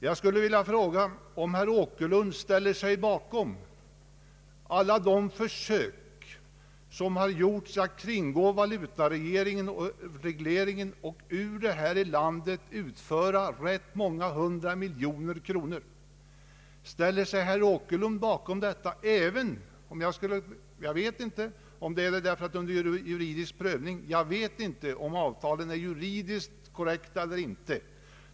Jag vill fråga om herr Åkerlund ställer sig bakom alla de försök som har gjorts att kringgå valuta Ang. valutaregleringen, m.m. regleringen och att ur landet utföra rätt många hundra miljoner kronor. Jag lämnar därhän frågan om de försäkringsavtal som finns är juridiskt korrekta eller inte.